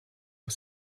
auf